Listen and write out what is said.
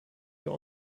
wir